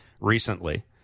recently